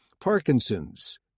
Parkinson's